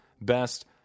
best